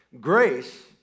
Grace